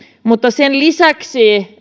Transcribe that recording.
mutta sen lisäksi